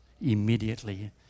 immediately